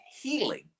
healing